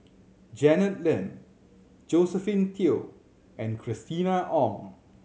Janet Lim Josephine Teo and Christina Ong